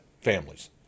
families